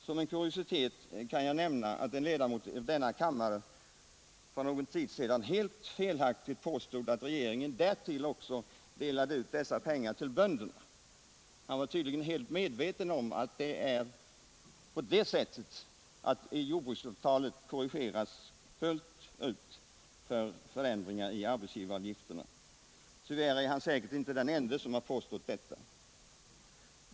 Som en kuriositet kan jag ju nämna att en socialdemokratisk ledamot av denna kammare för någon tid sedan helt felaktigt påstod att regeringen därtill delade ut dessa pengar till bönderna. Han var tydligen helt omedveten om att det är på det sättet att jordbruksavtalet neutraliserar alla förändringar av arbetsgivaravgifterna. Tyvärr är han säkert inte den enda som har påstått detta.